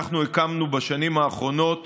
הקמנו בשנים האחרונות